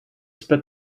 spit